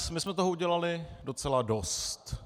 My jsme toho udělali docela dost.